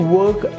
work